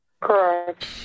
Correct